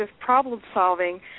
problem-solving